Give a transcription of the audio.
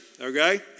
okay